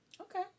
Okay